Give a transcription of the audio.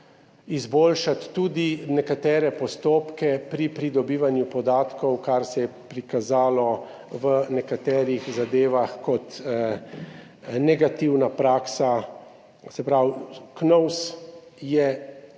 izboljšati tudi nekatere postopke pri pridobivanju podatkov, kar se je prikazalo v nekaterih zadevah kot negativna praksa, se pravi, KNOVS je